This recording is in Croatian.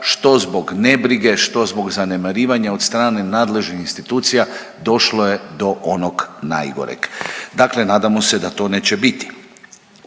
što zbog nebrige, što zbog zanemarivanja od strane nadležnih institucija došlo je do onog najgoreg. Dakle, nadamo se da to neće biti.